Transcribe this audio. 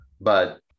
but-